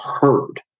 heard